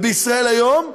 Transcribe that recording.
ב"ישראל היום",